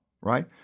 right